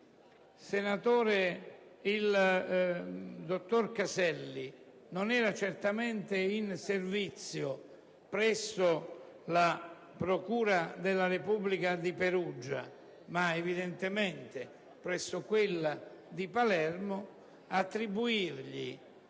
poiché il dottor Caselli non era certamente in servizio presso la procura della Repubblica di Perugia ma, evidentemente, presso quella di Palermo, attribuirgli